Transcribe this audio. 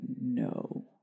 no